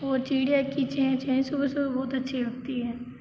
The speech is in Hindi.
और चिड़िया की चें चें सुबह सुबह बहुत अच्छी लगती है